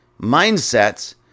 mindsets